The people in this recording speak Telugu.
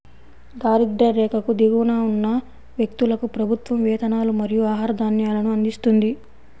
దారిద్య్ర రేఖకు దిగువన ఉన్న వ్యక్తులకు ప్రభుత్వం వేతనాలు మరియు ఆహార ధాన్యాలను అందిస్తుంది